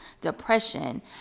depression